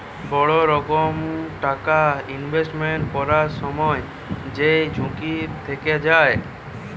বড় রকম টাকা ইনভেস্টমেন্ট করবার সময় যেই ঝুঁকি থেকে যায়